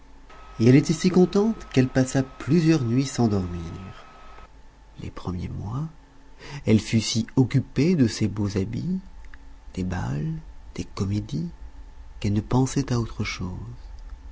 et elle était si contente qu'elle passa plusieurs nuits sans dormir de joie les premiers mois elle fut si occupée de ses beaux habits des bals des comédies qu'elle ne pensait à autre chose